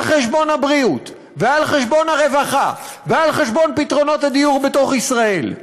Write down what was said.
על חשבון הבריאות ועל חשבון הרווחה ועל חשבון פתרונות הדיור בתוך ישראל.